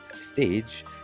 stage